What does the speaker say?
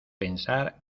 pensar